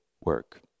work